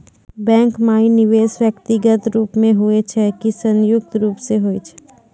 Bank माई निवेश व्यक्तिगत रूप से हुए छै की संयुक्त रूप से होय छै?